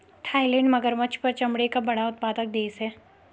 Thailand मगरमच्छ पर चमड़े का बड़ा उत्पादक देश है